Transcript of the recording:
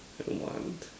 I want